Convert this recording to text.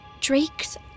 Drake's